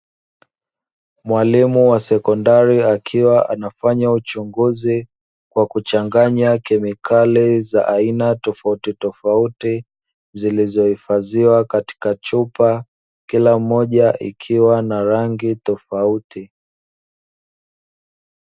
Mwalimu wa sekondari akiwa nafanya uchunguzi, kwa kuchanganya kemikali za aina tofautitofauti, zilizohifadhiwa katika chupa. Kila moja ikiwa na rangi tofauti.